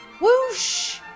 whoosh